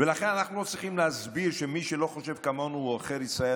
לכן אנחנו לא צריכים להסביר שמי שלא חושב כמונו הוא עוכר ישראל.